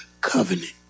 covenant